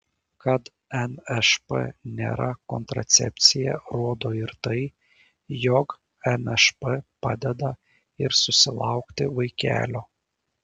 kad nšp nėra kontracepcija rodo ir tai jog nšp padeda ir susilaukti vaikelio